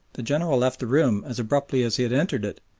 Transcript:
the general left the room as abruptly as he had entered it,